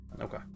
Okay